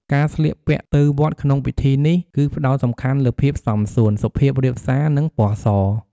ការស្លៀកពាក់ទៅវត្តក្នុងពិធីនេះ គឺផ្តោតសំខាន់លើភាពសមសួន សុភាពរាបសារ និងពណ៌ស។